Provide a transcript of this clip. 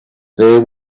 there